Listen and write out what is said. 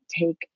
take